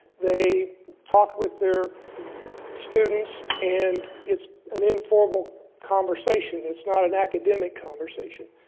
they talk with their students and it's an informal conversation. it's not an academic conversation.